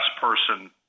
person